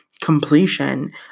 completion